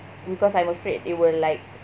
because I'm afraid it will like